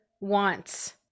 wants